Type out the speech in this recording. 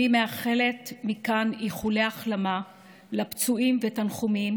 אני מאחלת מכאן איחולי החלמה לפצועים ותנחומים